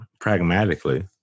pragmatically